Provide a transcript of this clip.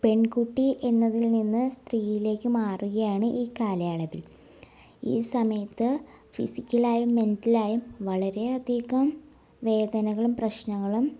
പെൺകുട്ടി എന്നതിൽ നിന്ന് സ്ത്രീയിലേക്ക് മാറുകയാണ് ഈ കാലയളവിൽ ഈ സമയത്ത് ഫിസിക്കലായും മെൻ്റലായും വളരെ അധികം വേദനകളും പ്രശ്നങ്ങളും